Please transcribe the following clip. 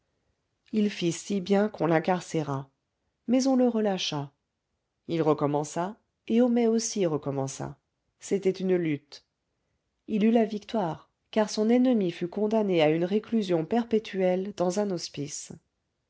il fit si bien qu'on l'incarcéra mais on le relâcha il recommença et homais aussi recommença c'était une lutte il eut la victoire car son ennemi fut condamné à une réclusion perpétuelle dans un hospice